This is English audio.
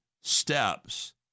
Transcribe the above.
steps